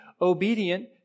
obedient